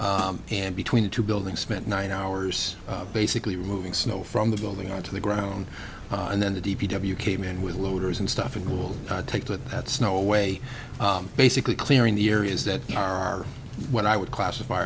saturday and between the two buildings spent nine hours basically removing snow from the building on to the ground and then the d p w came in with loaders and stuff and will take that that snow away basically clearing the areas that are what i would classify